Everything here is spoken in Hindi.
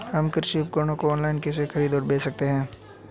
हम कृषि उपकरणों को ऑनलाइन कैसे खरीद और बेच सकते हैं?